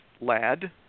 lad